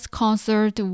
concert